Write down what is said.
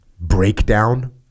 breakdown